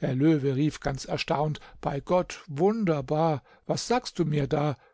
der löwe rief ganz erstaunt bei gott wunderbar was sagst du mir da